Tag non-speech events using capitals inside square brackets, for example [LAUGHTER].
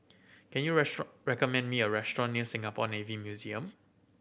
can you [UNINTELLIGIBLE] recommend me a restaurant near Singapore Navy Museum